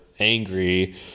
angry